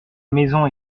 maison